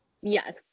Yes